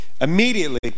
Immediately